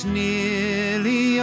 nearly